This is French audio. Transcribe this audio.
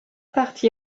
party